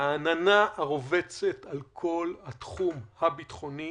הוא העננה הרובצת על כל התחום הביטחוני.